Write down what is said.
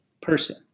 person